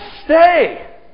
stay